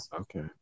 okay